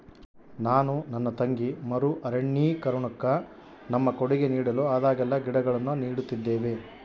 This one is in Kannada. ನಾನು ನನ್ನ ತಂಗಿ ಮರು ಅರಣ್ಯೀಕರಣುಕ್ಕ ನಮ್ಮ ಕೊಡುಗೆ ನೀಡಲು ಆದಾಗೆಲ್ಲ ಗಿಡಗಳನ್ನು ನೀಡುತ್ತಿದ್ದೇವೆ